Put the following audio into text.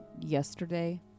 yesterday